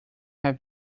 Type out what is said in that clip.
have